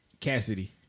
Cassidy